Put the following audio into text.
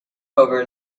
over